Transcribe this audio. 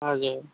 हजुर